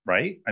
Right